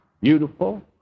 beautiful